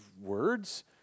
words